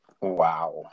Wow